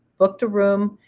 booked a room.